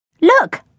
Look